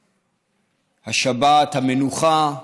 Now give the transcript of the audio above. השבת, המנוחה,